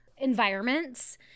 environments